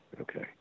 Okay